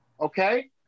Okay